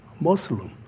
Muslim